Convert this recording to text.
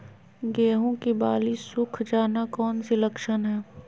गेंहू की बाली सुख जाना कौन सी लक्षण है?